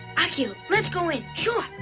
akio, let's go in.